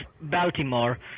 Baltimore